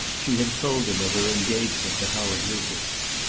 she had told him of her engagement to howard lucas.